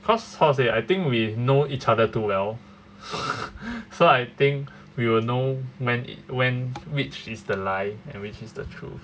cause how to say I think we know each other too well so I think we will know when when which is the lie and which is the truth